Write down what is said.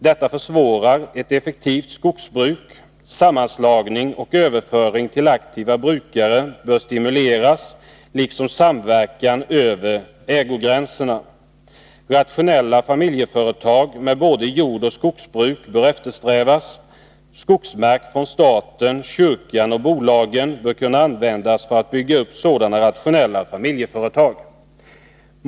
Detta försvårar ett effektivt skogsbruk. Sammanslagning och överföring till aktiva brukare liksom samverkan över ägogränserna bör stimuleras. Rationella familjeföretag med både jordoch skogsbruk bör eftersträvas. Skogsmark från staten, kyrkan och bolagen bör kunna användas för att bygga upp sådana rationella familjeföretag.